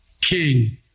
King